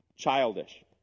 childish